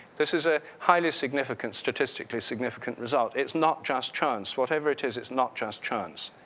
this is a highly significant statistic with significant result, it's not just chance, whatever it is, it's not just chance.